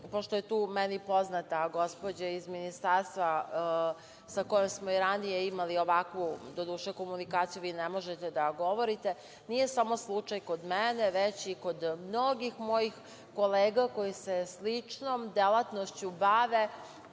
pošto je tu meni poznata mi gospođa iz Ministarstva sa kojom smo i ranije imali ovakvu, doduše komunikaciju, vi ne možete da govorite, nije samo slučaj kod mene već i kod mnogih mojih kolega koji se sličnom delatnošću bave